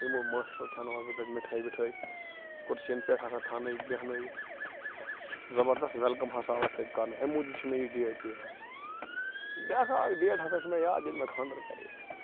یِمو ماشٹرو کھونیٛاہوٗس بہٕ مِٹھٲے وِٹھٲے کُرسی ین پیٚٹھ ہسا تھاونٲیِکھ بیٚہنٲیتھ زبردست ویٚل کم ہسا اوس تتہِ کرنہٕ اَمہِ موٗجوٗب تہِ چھُ مےٚ یہِ ڈیٹ تہِ یاد بیٚاکھا اکھ ڈیٹ ہسا چھُ مےٚ یاد ییٚلہِ مےٚ خانٛدر کرییَکھ